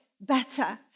better